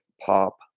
pop